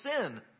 sin